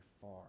far